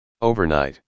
Overnight